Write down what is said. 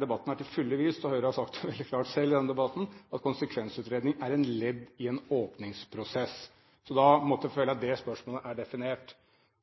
Debatten har til fulle vist, og Høyre har sagt det veldig klart selv i denne debatten, at konsekvensutredning er et ledd i en åpningsprosess. Da føler jeg at det spørsmålet er definert.